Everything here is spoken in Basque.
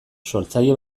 sortzaile